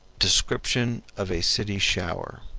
description of a city shower